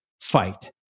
fight